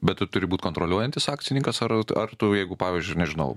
bet tu turi būt kontroliuojantis akcininkas ar ar tu jeigu pavyzdžiui nežinau